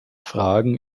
fragen